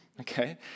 Okay